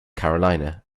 carolina